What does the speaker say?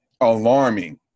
alarming